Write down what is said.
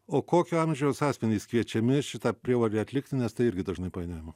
o kokio amžiaus asmenys kviečiami šitą prievolę atlikti nes tai irgi dažnai painiojama